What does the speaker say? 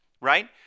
right